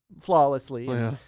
flawlessly